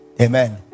Amen